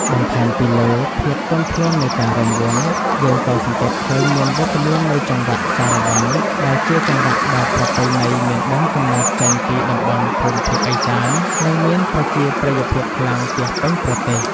បន្ថែមពីលើភាពទន់ភ្លន់នៃការរាំវង់ យើងក៏សង្កេតឃើញមានវត្តមាននៃចង្វាក់សារ៉ាវ៉ាន់ ដែលជាចង្វាក់បែបប្រពៃណីមានដើមកំណើតចេញពីតំបន់ភូមិភាគឦសាន និងមានប្រជាប្រិយភាពខ្លាំងពាសពេញប្រទេស។